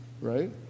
right